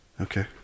Okay